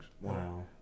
Wow